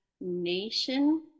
nation